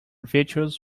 virtues